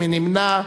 מי נמנע?